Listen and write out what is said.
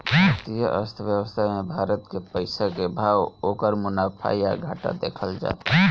भारतीय अर्थव्यवस्था मे भारत के पइसा के भाव, ओकर मुनाफा या घाटा देखल जाता